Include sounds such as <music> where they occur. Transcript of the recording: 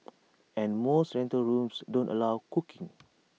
<noise> and most rental rooms don't allow cooking